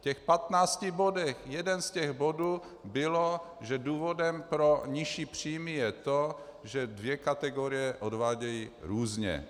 V těch 15 bodech jeden z těch bodů byl, že důvodem pro nižší příjmy je to, že dvě kategorie odvádějí různě.